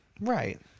Right